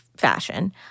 Fashion